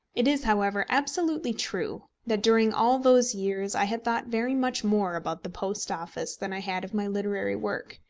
it is however absolutely true that during all those years i had thought very much more about the post office than i had of my literary work,